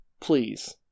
Please